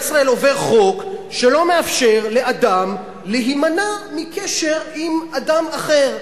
ישראל עובר חוק שלא מאפשר לאדם להימנע מקשר עם אדם אחר.